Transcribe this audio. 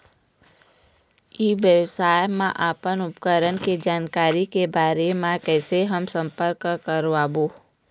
ई व्यवसाय मा अपन उपकरण के जानकारी के बारे मा कैसे हम संपर्क करवो?